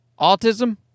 autism